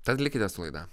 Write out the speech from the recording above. tad likite su laida